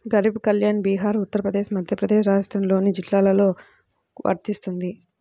గరీబ్ కళ్యాణ్ బీహార్, ఉత్తరప్రదేశ్, మధ్యప్రదేశ్, రాజస్థాన్లోని జిల్లాలకు వర్తిస్తుంది